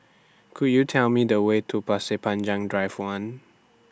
Could YOU Tell Me The Way to Pasir Panjang Drive one